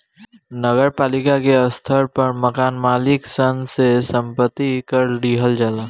नगर पालिका के स्तर पर मकान मालिक सन से संपत्ति कर लिहल जाला